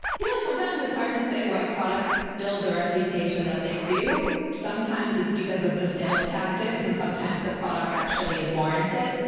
you know sometimes it's hard to say why products build the reputation that they do. sometimes it's because of the sales tactics and sometimes the product actually warrants it.